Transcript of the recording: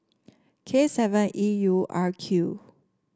K seven E U R Q